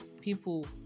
people